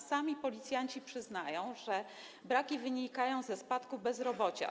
Sami policjanci przyznają, że braki wynikają ze spadku bezrobocia.